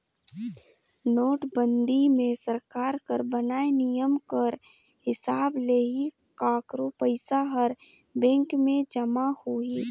नोटबंदी मे सरकार कर बनाय नियम कर हिसाब ले ही काकरो पइसा हर बेंक में जमा होही